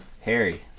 Harry